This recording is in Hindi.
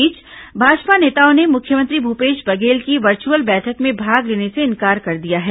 इस बीच भाजपा नेताओं ने मुख्यमंत्री भूपेश बघेल की वर्चुअल बैठक में भाग लेने से इंकार कर दिया है